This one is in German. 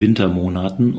wintermonaten